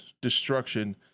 destruction